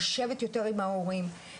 לשבת יותר עם ההורים,